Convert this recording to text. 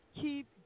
keep